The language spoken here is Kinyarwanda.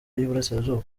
y’uburasirazuba